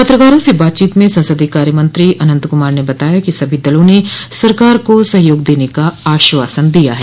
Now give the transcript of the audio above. पत्रकारों से बातचीत में संसदीय कार्य मंत्री अनंत कुमार ने बताया कि सभी दलों ने सरकार को सहयोग देने का आश्वासन दिया है